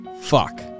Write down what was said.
fuck